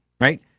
Right